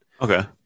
Okay